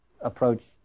approach